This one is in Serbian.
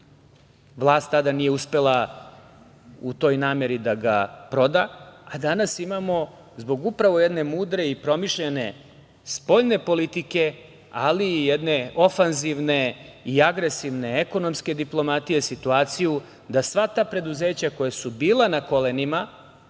Vlast tada nije uspela u toj nameri da ga proda, a danas imamo, zbog upravo jedne mudre i promišljene spoljne politike, ali i jedne ofanzivne i agresivne ekonomske diplomatije situaciju da sva ta preduzeća koja su bila na kolenima,